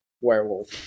werewolf